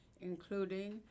including